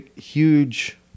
huge